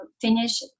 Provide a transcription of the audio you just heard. finish